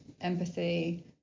empathy